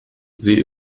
sie